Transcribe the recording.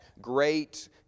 great